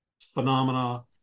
phenomena